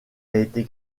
été